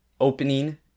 opening